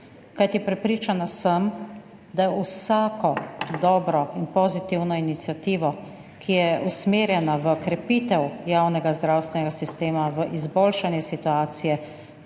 kajti prepričana sem, da je vsako dobro in pozitivno iniciativo, ki je usmerjena v krepitev javnega zdravstvenega sistema, v izboljšanje situacije,